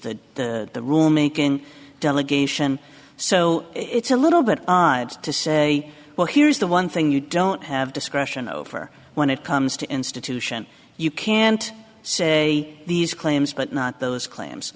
the the the room making delegation so it's a little bit odd to say well here's the one thing you don't have discretion over when it comes to institution you can't say these claims but not those claims